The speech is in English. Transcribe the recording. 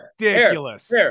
ridiculous